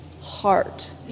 heart